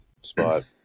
spot